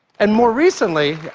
and more recently